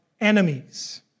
enemies